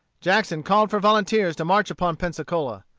jackson called for volunteers to march upon pensacola.